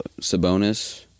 Sabonis